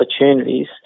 opportunities